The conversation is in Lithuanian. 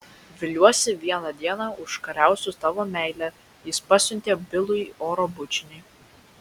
viliuosi vieną dieną užkariausiu tavo meilę jis pasiuntė bilui oro bučinį